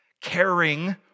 caring